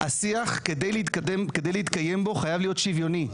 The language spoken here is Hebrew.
השיח כדי להתקיים בו חייב להיות שוויוני.